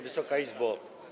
Wysoka Izbo!